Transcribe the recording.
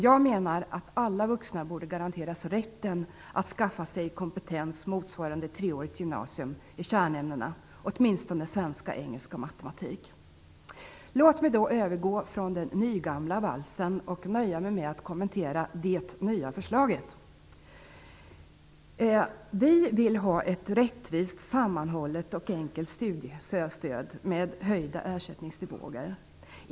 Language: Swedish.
Jag menar att alla vuxna borde garanteras rätten att skaffa sig kompetens motsvarande treårigt gymnasium i kärnämnena, åtminstone i svenska, engelska och matematik. Låt mig då övergå från den nygamla valsen och nöja mig med att kommentera det nya förslaget. Vi vill ha ett rättvist, sammanhållet och enkelt studiestöd med höjda ersättningsnivåer.